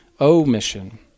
omission